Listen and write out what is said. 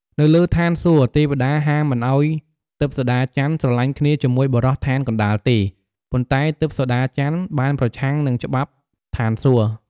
នៅលើឋានសួគ៌ ទេវតាហាមមិនឲ្យទិព្វសូដាច័ន្ទ ស្រឡាញ់គ្នា ជាមួយបុរសឋានកណ្ដាលទេ ប៉ុន្ដែ ទិព្វសូដាច័ន្ទ បានប្រឆាំងនឹងច្បាប់ឋានសួគ៌។